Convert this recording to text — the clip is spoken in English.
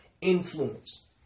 influence